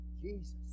Jesus